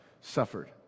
suffered